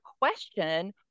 question